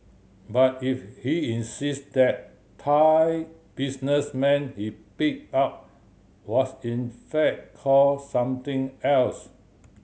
but if he insisted that Thai businessman he picked up was in fact called something else